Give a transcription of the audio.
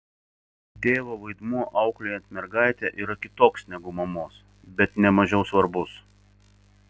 tėvo vaidmuo auklėjant mergaitę yra kitoks negu mamos bet ne mažiau svarbus